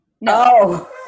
no